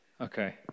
Okay